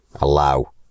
allow